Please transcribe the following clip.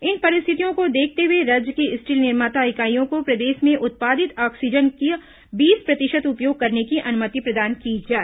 इन परिस्थतियों को देखते हुए राज्य की स्टील निर्माता इकाइयों को प्रदेश में उत्पादित ऑक्सीजन का बीस प्रतिशत उपयोग करने की अनुमति प्रदान की जाए